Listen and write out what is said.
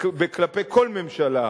כלפי כל ממשלה,